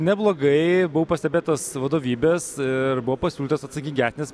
neblogai buvau pastebėtas vadovybės ir buvo pasiūlytas atsakingesnės